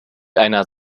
einer